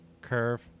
curve